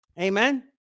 Amen